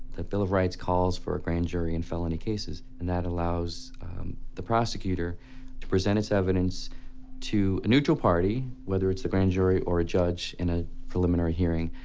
the bill of rights calls for a grand jury in felony cases, and that allows the prosecutor to present its evidence to a neutral party, whether it's a grand jury or a judge in a preliminary hearing,